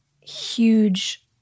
huge